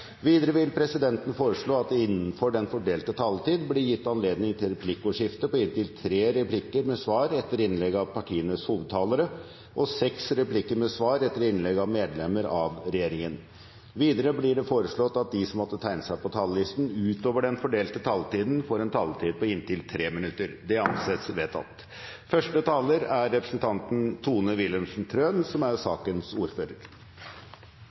Videre vil presidenten foreslå at det blir gitt anledning til replikkordskifte på inntil tre replikker med svar etter innlegg av partienes hovedtalere og seks replikker med svar etter innlegg av medlemmer av regjeringen, innenfor den fordelte taletid. Videre blir det foreslått at de som måtte tegne seg på talerlisten utover den fordelte taletid, får en taletid på inntil 3 minutter. – Det anses vedtatt. I proposisjonen vi behandler i dag, foreslår regjeringen de endringer som er